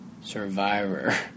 Survivor